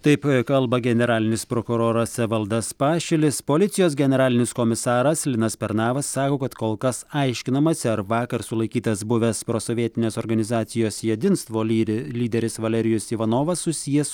taip kalba generalinis prokuroras evaldas pašilis policijos generalinis komisaras linas pernavas sako kad kol kas aiškinamasi ar vakar sulaikytas buvęs prosovietinės organizacijos jedinstvo lyre lyderis valerijus ivanovas susijęs su